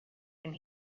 and